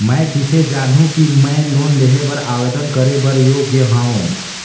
मैं किसे जानहूं कि मैं लोन लेहे बर आवेदन करे बर योग्य हंव?